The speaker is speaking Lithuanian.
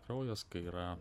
kraujas kai yra